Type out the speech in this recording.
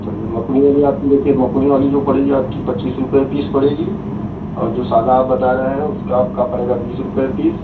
चलिए मकुनी वाली आपकी देखिए मकुनी वाली जो पड़ेगी आपकी पच्चीस रुपये पीस पड़ेगी और जो सादा आप बता रहे हैं उसका आपका पड़ेगा बीस रुपये पीस